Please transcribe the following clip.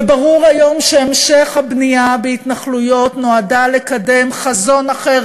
וברור היום שהמשך הבנייה בהתנחלויות נועד לקדם חזון אחר,